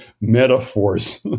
metaphors